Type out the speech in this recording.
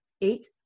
eight